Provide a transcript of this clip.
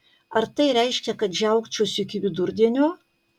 ar tai reiškia kad žiaukčiosiu iki vidurdienio